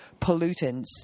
pollutants